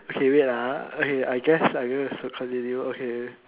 okay wait ah okay I guess I'm going to sorry continue okay